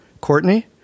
Courtney